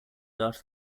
after